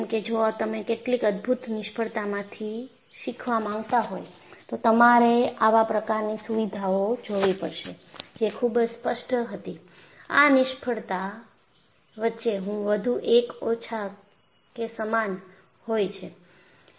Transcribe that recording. કેમકે જો તમે કેટલીક અદ્ભુત નિષ્ફળતામાંથી શીખવા માંગતા હોય તો તમારે આવા પ્રકારની સુવિધાઓ જોવી પડશે જે ખૂબ જ સ્પષ્ટ હતી આ નિષ્ફળતા વચ્ચે વધુ કે ઓછા કે સમાન હોય છે